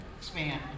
expand